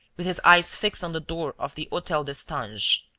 with his eyes fixed on the door of the hotel destange.